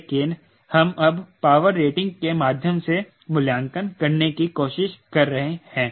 लेकिन हम अब पावर रेटिंग के माध्यम से मूल्यांकन करने की कोशिश कर रहे हैं